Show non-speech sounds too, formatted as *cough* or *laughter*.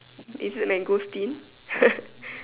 is it mangosteen *laughs*